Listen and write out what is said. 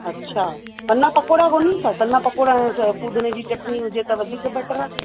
अच्छा सना पकोड़ा कोन्हनि छा सना पकोड़ा ऐं छ फ़ूदिने जी चटिणी हुजे त वधीक बैटर आहे